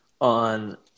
On